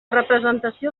representació